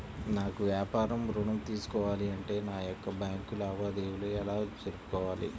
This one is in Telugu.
నాకు వ్యాపారం ఋణం తీసుకోవాలి అంటే నా యొక్క బ్యాంకు లావాదేవీలు ఎలా జరుపుకోవాలి?